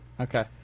Okay